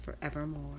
FOREVERMORE